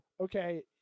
okay